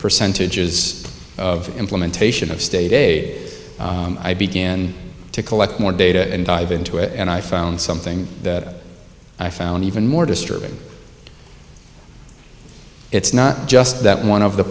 percentages of implementation of state a i begin to collect more data and dive into it and i found something that i found even more disturbing it's not just that one of the